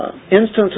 Instances